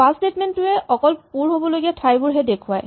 পাছ statement টোৱে অকল পুৰ হ'ব লগীয়া ঠাইবোৰহে পুৰায়